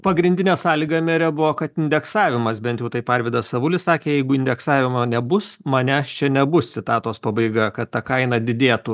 pagrindinė sąlyga mere buvo kad indeksavimas bent jau taip arvydas avulis sakė jeigu indeksavimo nebus manęs čia nebus citatos pabaiga kad ta kaina didėtų